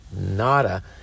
nada